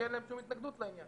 שאין להם שום התנגדות לעניין.